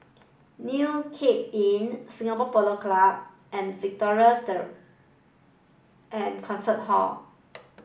new Cape Inn Singapore Polo Club and Victoria Theatre and Concert Hall